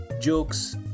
jokes